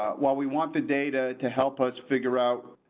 while we want the data to help us figure out.